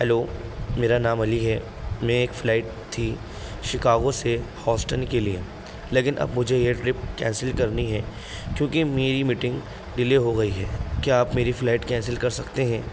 hello میرا نام علی ہے میں ایک فلائٹ تھی شکاگو سے ہاسٹن کے لیے لیکن اب مجھے یہ ٹرپ کینسل کرنی ہے کیونکہ میری میٹنگ ڈیلے ہو گئی ہے کیا آپ میری فلائٹ کینسل کر سکتے ہیں